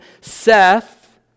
Seth